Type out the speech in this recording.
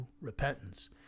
repentance